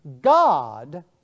God